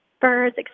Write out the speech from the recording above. birds